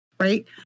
Right